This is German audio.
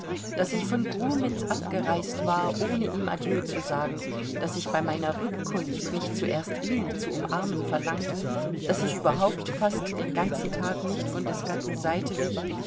daß ich von grumitz abgereist war ohne ihm adieu zu sagen daß ich bei meiner rückkunft nicht zuerst ihn zu umarmen verlangt daß ich überhaupt fast den ganzen tag nicht von des gatten seite wich